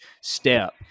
step